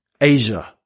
Asia